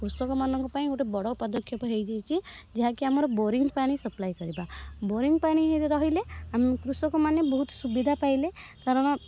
କୃଷକ ମାନଙ୍କ ପାଇଁ ଗୋଟେ ବଡ଼ ପଦକ୍ଷେପ ହୋଇଯାଇଛି ଯାହାକି ଆମର ବୋରିଙ୍ଗ୍ ପାଣି ସପ୍ଲାଇ କରିବା ବୋରିଙ୍ଗ୍ ପାଣି ରହିଲେ କୃଷକମାନେ ବହୁତ ସୁବିଧା ପାଇଲେ କାରଣ